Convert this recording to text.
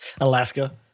Alaska